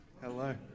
hello